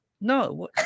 No